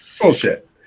Bullshit